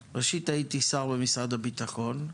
ראשית, הייתי שר במשרד הביטחון.